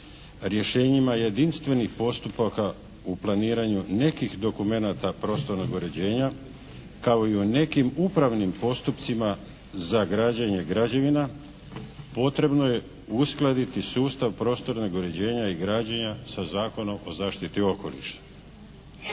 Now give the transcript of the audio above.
rješenjima jedinstvenih postupaka u planiranju nekih dokumenata prostornog uređenja kao i u nekim upravnim postupcima za građenje građevina potrebno je uskladiti sustav prostornog uređenja i građenja sa Zakonom o zaštiti okoliša.